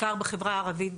בעיקר בחברה הערבית,